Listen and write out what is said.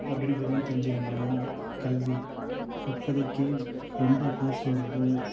அப்படிங்குறதயும் தெரிஞ்சுக்க முடியும் கல்வி இப்போதிக்கு எந்த கோர்ஸ்சு வந்து